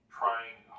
trying